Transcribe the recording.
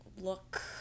look